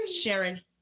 Sharon